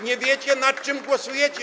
Nie wiecie, nad czym głosujecie.